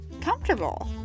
comfortable